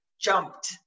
jumped